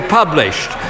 published